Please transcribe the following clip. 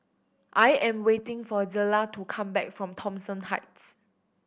I am waiting for Zella to come back from Thomson Heights